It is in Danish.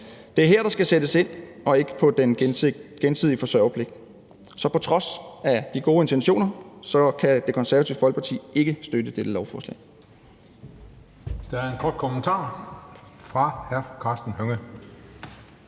Det er her, der skal sættes ind, og ikke over for den gensidige forsørgerpligt. Så på trods af de gode intentioner kan Det Konservative Folkeparti ikke støtte dette lovforslag. Kl. 17:49 Den fg. formand (Christian